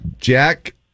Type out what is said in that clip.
Jack